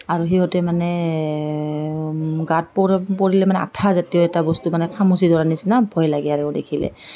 আৰু সিহঁতে মানে গাঁত পৰিলে মানে আঠা জাতীয় এটা বস্তু মানে খামুচি ধৰা নিচিনা ভয় লাগে আৰু দেখিলে